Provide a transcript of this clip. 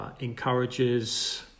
encourages